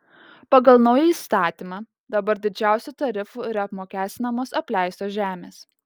pagal naują įstatymą dabar didžiausiu tarifu yra apmokestinamos apleistos žemės